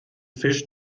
fisch